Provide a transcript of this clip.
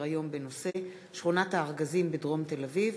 דיון בהצעה לסדר-היום בנושא: שכונת הארגזים בדרום תל-אביב,